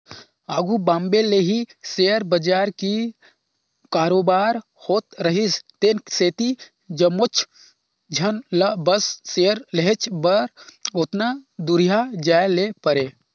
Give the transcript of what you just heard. आघु बॉम्बे ले ही सेयर बजार कीर कारोबार होत रिहिस तेन सेती जम्मोच झन ल बस सेयर लेहेच बर ओतना दुरिहां जाए ले परे